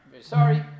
Sorry